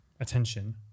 attention